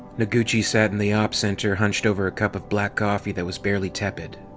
noguchi sat in the ops center hunched over a cup of black coffee that was barely tepid.